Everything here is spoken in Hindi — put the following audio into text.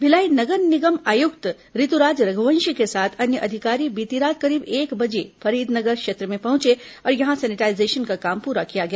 भिलाई निगम आयुक्त रितुराज रघुवंशी के साथ अन्य अधिकारी बीती रात करीब एक बजे फरीदनगर क्षेत्र में पहुंचे और यहां सेनिटाईजेशन का काम पूरा किया गया